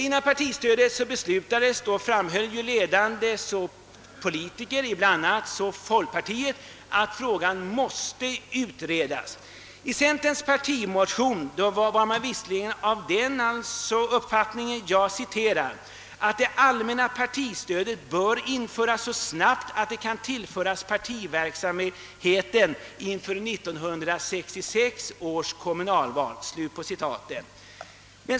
Innan partistödet ' beslutades framhöll ledande politiker i bland annat folkpartiet att frågan måste utredas. I centerns partimotion var man visserligen av den uppfattningen, »att det allmänna partistödet bör införas så snabbt att det kan tillföras partiverksamheten inför 1966 års kommunalval».